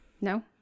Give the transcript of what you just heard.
No